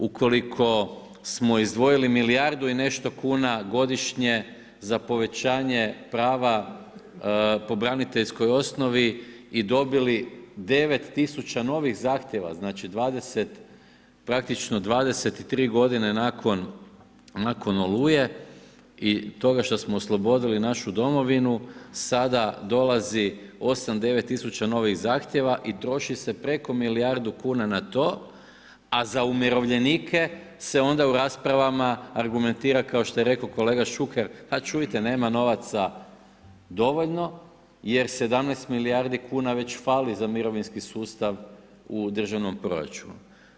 Ukoliko smo izdvojili milijardu i nešto kuna godišnje za povećanje prava po braniteljskoj osnovi i dobili 9 tisuća novih zahtjeva, znači praktično 23 godine nakon oluje i toga što smo oslobodili našu Domovinu, sada dolazi 8, 9 tisuća novih zahtjeva i troši se preko milijardu kuna na to a za umirovljenike se onda u raspravama argumentira kao što je rekao kolega Šuker a čujte nema novaca dovoljno jer 17 milijardi kuna već fali za mirovinski sustav u državnom proračunu.